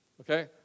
Okay